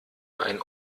ein